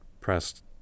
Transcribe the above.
pressed